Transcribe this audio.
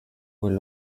quel